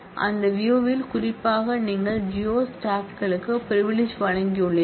அந்த வியூ யில் குறிப்பாக நீங்கள் ஜியோ ஸ்டாப்களுக்கு பிரிவிலிஜ் வழங்கியுள்ளீர்கள்